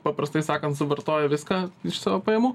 paprastai sakant suvartoja viską iš savo pajamų